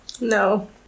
No